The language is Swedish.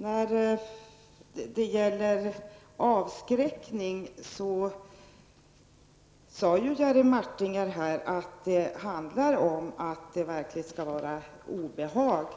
Herr talman! Jerry Martinger sade att lagens syfte är att avskräcka från brott, men han sade också att denna avskräckning skall vara verkligt obehaglig